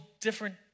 different